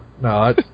No